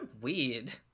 weird